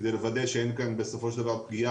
כדי לוודא שאין כאן בסופו של דבר פגיעה